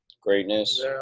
greatness